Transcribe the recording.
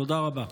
תודה רבה.